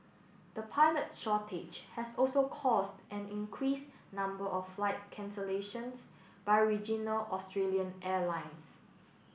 the pilot shortage has also caused an increased number of flight cancellations by regional Australian airlines